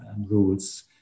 rules